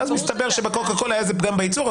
ואז מסתבר שבקוקה קולה היה פגם בייצור,